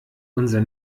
unser